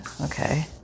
Okay